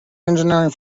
engineering